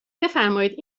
بفرمایید